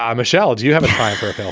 um michel. do you have a fineberg?